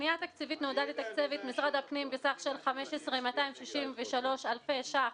הפנייה התקציבית נועדה לתקצב את משרד הפנים בסך של 15,263 אלפי ש"ח